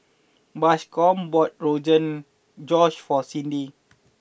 Bascom bought Rogan Josh for Cyndi